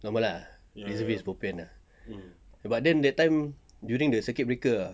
normal ah reservist bo pian ah but then that time during the circuit breaker ah